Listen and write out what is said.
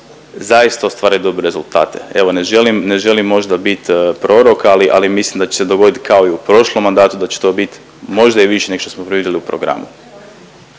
zaista ostvariti dobre rezultate. Evo ne želim, ne želim možda bit prorok, ali mislim da će se dogoditi kao i u prošlom mandatu, da će to bit možda i više nego što smo predvidjeli u programu.